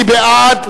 מי בעד?